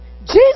Jesus